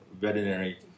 veterinary